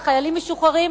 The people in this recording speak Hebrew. חיילים משוחררים,